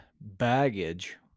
baggage